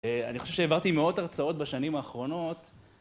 אני חושב שהעברתי מאות הרצאות בשנים האחרונות.